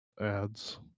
ads